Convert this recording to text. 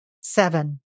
seven